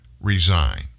resign